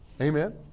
Amen